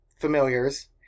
familiars